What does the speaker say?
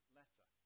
letter